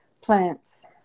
plants